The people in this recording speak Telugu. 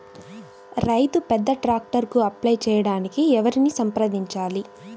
రైతు పెద్ద ట్రాక్టర్కు అప్లై చేయడానికి ఎవరిని సంప్రదించాలి?